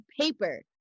paper